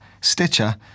Stitcher